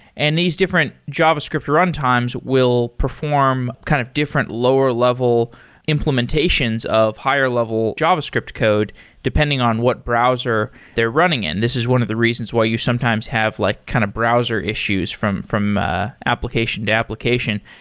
and these different javascript runtimes will perform kind of different lower-level implementations of higher-level javascript code depending on what browser they are running in. this is one of the reasons why you sometimes have like kind of browser issues from from ah application to application.